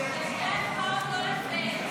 הכנסת)